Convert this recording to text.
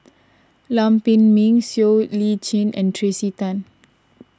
Lam Pin Min Siow Lee Chin and Tracey Tan